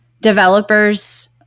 developers